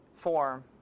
form